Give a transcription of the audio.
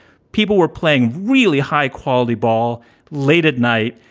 people were playing really high quality. but all late at night.